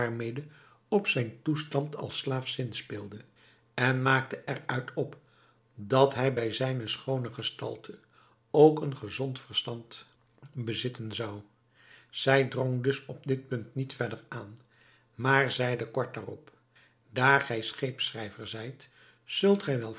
op zijn toestand als slaaf zinspeelde en maakte er uit op dat hij bij zijne schoone gestalte ook een gezond verstand bezitten zou zij drong dus op dit punt niet verder aan maar zeide kort daarop daar gij scheepsschrijver zijt zult gij wel